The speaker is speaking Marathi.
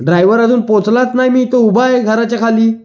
ड्रायवर अजून पोचलाच नाही मी इथं उभा आहे घराच्या खाली